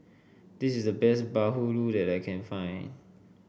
this is the best Bahulu that I can find